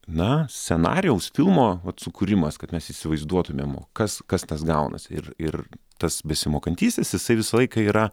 na scenarijaus filmo sukūrimas kad mes įsivaizduotumėm kas kas tas gaunasi ir ir tas besimokantysis jisai visą laiką yra